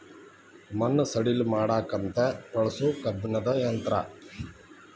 ಮಣ್ಣ ಸಡಿಲ ಮಾಡಾಕಂತ ಬಳಸು ಕಬ್ಬಣದ ಯಂತ್ರಾ